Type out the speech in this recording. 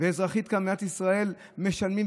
ואזרחית כאן במדינת ישראל משלמים,